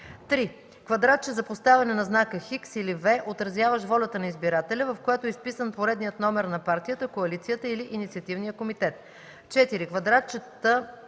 3. квадратче за поставяне на знак „X” или „V“, отразяващ волята на избирателя, в което е изписан поредният номер на партията, коалицията или инициативния комитет; 4. квадратчета